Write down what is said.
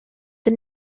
the